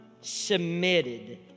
submitted